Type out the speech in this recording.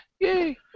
Yay